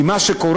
כי מה שקורה,